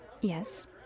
Yes